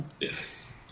Yes